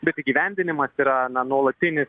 bet įgyvendinimas yra na nuolatinis